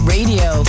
Radio